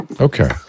Okay